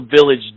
Village